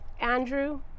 Andrew